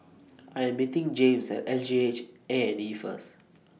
I Am meeting James At S G H A and E First